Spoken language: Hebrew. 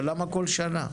אבל למה כל שנה?